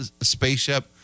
spaceship